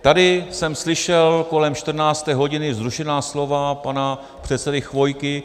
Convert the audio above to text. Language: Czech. Tady jsem slyšel kolem 14. hodiny vzrušená slova pana předsedy Chvojky.